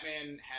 batman